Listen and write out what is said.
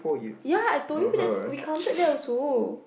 ya I told you that's we counted that also